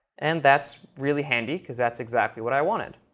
and that's really handy, because that's exactly what i wanted.